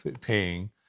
paying